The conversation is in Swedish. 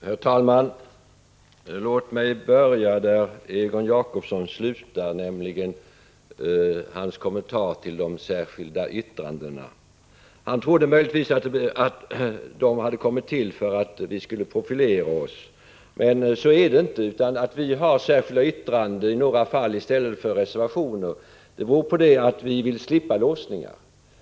Herr talman! Låt mig börja där Egon Jacobsson slutade, nämligen med kommentaren till de särskilda yttrandena. Han trodde att de möjligtvis kommit till för att vi ville profilera oss. Men så är det inte. Att vi på några punkter avgivit särskilda yttranden i stället för reservationer beror på att vi vill slippa låsningar.